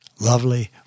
lovely